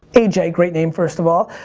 a j, great name first of all.